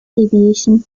aviation